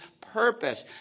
purpose